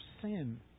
sin